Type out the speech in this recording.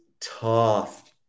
tough